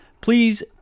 Please